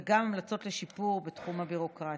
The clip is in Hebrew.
וגם המלצות לשיפור בתחום הביורוקרטיה.